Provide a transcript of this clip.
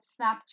Snapchat